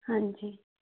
ਹਾਂਜੀ